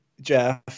Jeff